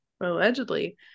allegedly